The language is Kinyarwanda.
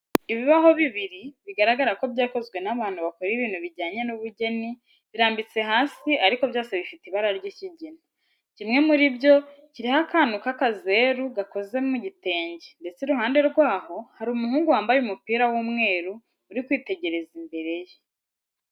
Ibibaho bibiri bigaragara ko byakozwe n'abantu bakora ibintu bijyanye n'ubugeni birambitse hasi ariko byose bifite ibara ry'ikigina. Kimwe muri byo kiriho akantu k'akazeru gakoze mu gitenge ndetse iruhande rwaho hari umuhungu wambaye umupira w'umweru uri kwitegereza imbere ye.